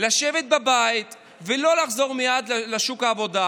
לשבת בבית ולא לחזור מייד לשוק העבודה,